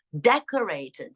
decorated